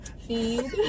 Feed